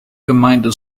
gemeinde